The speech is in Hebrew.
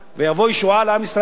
ותבוא ישועה לעם ישראל.